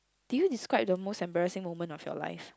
did you describe the most embarrassing moment of you life